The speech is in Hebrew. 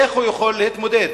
איך הוא יכול להתמודד?